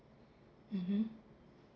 mmhmm